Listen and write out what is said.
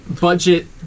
budget